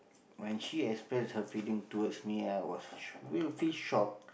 when she express her feeling towards me I was will feel shocked